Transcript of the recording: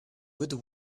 good